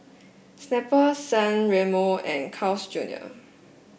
Snapple San Remo and Carl's Junior